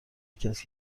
کسی